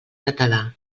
català